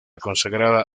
consagrada